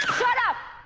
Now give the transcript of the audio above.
shut up